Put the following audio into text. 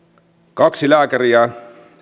kaksi lääkäriä